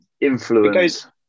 influence